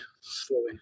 Slowly